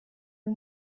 uyu